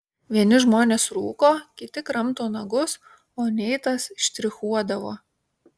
vieni žmonės rūko kiti kramto nagus o neitas štrichuodavo